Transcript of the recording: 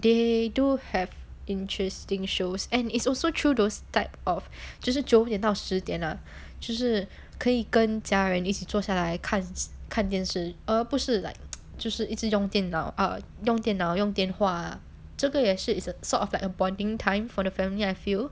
they do have interesting shows and it's also true those type of 就是九点到十点呢就是可以跟家人一起坐下来来看看电视而不是 like 就是一直用电脑 err 电脑用电话这个也是 a sort of like a bonding time for the family I feel